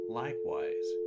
likewise